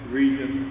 region